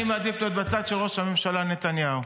אני מעדיף להיות בצד של ראש הממשלה נתניהו.